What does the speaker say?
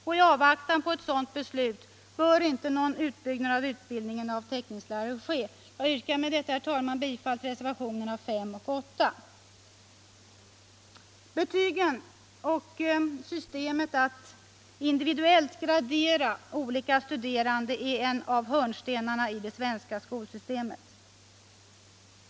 I avvaktan på ett sådant beslut bör inte någon utbyggnad av utbildningen av teckningslärare ske. Jag yrkar med detta, herr talman, bifall till reservationerna 5 och 8. Betygen och sättet att individuellt gradera olika studerande är en av hörnstenarna i det svenska skolsystemet.